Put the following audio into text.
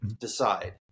decide